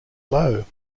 low